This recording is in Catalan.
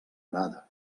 arada